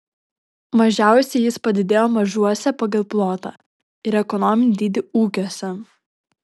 mažiausiai jis padidėjo mažuose pagal plotą ir ekonominį dydį ūkiuose